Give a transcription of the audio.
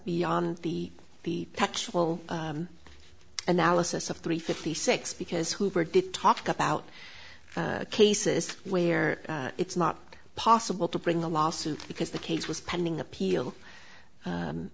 beyond the the textual analysis of three fifty six because hoover did talk about cases where it's not possible to bring a lawsuit because the case was pending appeal